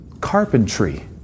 Carpentry